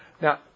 Now